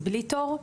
בלי תור?